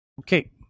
Okay